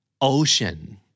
Ocean